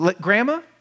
grandma